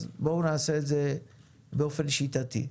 אז בואו נעשה את זה באופן שיטתי.